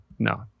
No